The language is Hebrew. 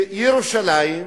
שירושלים,